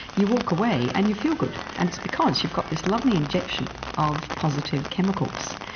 you walk away and you feel good, and it's because you've got this lovely injection of positive chemicals.